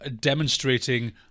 demonstrating